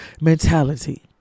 mentality